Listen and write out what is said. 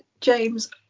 James